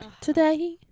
Today